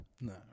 No